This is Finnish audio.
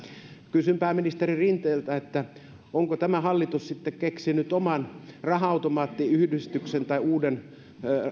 kysyn pääministeri rinteeltä onko tämä hallitus sitten keksinyt oman raha automaattiyhdistyksen tai uuden